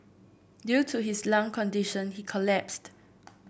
due to his lung condition he collapsed